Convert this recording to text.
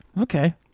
Okay